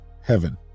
heaven